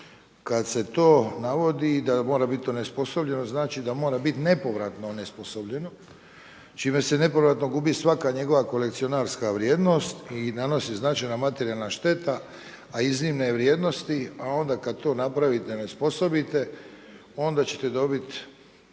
Kada se to navodi da mora biti onesposobljeno, znači da mora biti nepovratno onesposobljeno čime se nepovratno gubi svaka njegova kolekcionarska vrijednost i nanosi značajna materijalna šteta a iznimne je vrijednosti. A onda kada to napravite, onesposobite onda ćete dobiti